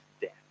death